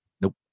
Nope